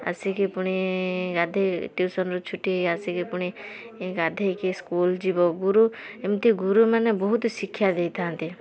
ଆସିକି ପୁଣି ଗାଧୋଇ ଟ୍ୟୁସନ୍ରୁ ଛୁଟି ହେଇ ଆସିକି ପୁଣି ଗାଧୋଇକି ସ୍କୁଲ ଯିବ ଗୁରୁ ଏମିତି ଗୁରୁମାନେ ବହୁତ ଶିକ୍ଷା ଦେଇଥାନ୍ତି